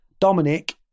Dominic